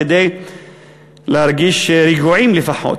כדי להרגיש רגועים לפחות.